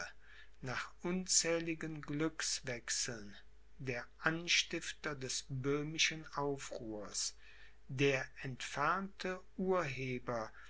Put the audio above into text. nach unzähligen glückswechseln der anstifter des böhmischen aufruhrs der entfernte urheber